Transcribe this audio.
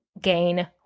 gain